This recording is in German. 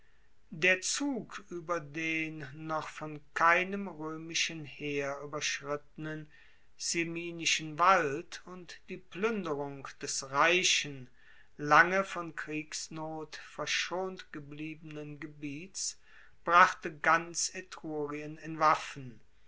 der zug ueber den noch von keinem roemischen heer ueberschrittenen ciminischen wald und die pluenderung des reichen lange von kriegsnot verschont gebliebenen gebiets brachte ganz etrurien in waffen